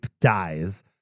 dies